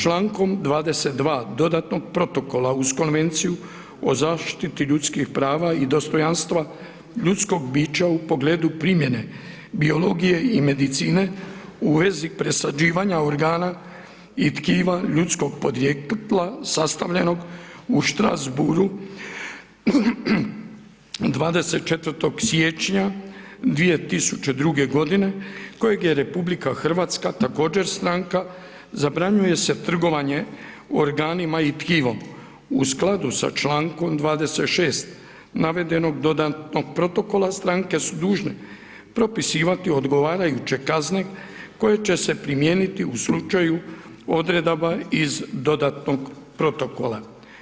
Čl. 22. dodatnog protokola uz Konvenciju o zaštiti ljudskih prava i dostojanstva ljudskog bića u pogledu primjene biologije i medicine u vezi presađivanja organa i tkiva ljudskog podrijetla sastavljenog u Strasbourgu 24. siječnja 2020.g. kojeg je RH također stranka, zabranjuje se trgovanje organima i tkivom u skladu sa čl. 26. navedenog dodatnog protokola stranke su dužne propisivati odgovarajuće kazne koje će se primijeniti u slučaju odredaba iz dodatnog protokola.